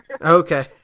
Okay